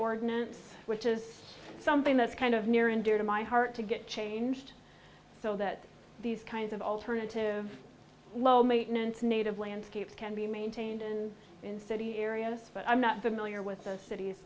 ordinance which is something that's kind of near and dear to my heart to get changed so that these kinds of alternative low maintenance native landscapes can be maintained in in city areas but i'm not familiar with the cities